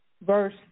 verse